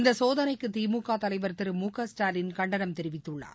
இந்தசோதனைக்குதிமுகதலைவர் திரு மு க ஸ்டாலின் கண்டனம் தெரிவித்துள்ளார்